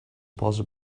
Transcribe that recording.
possible